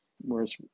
Whereas